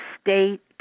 state